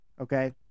Okay